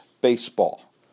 baseball